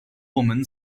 woman